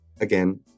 Again